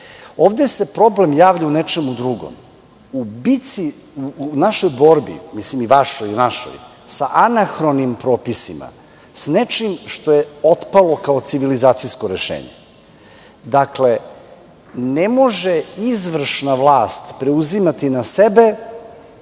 Ovde se problem javlja u nečemu drugom, u našoj borbi, i našoj i vašoj, sa anahronim propisima, sa nečim što je otpalo kao civilizacijsko rešenje. Dakle, ne može izvršna vlast preuzimati na sebe